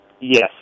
Yes